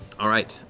all right.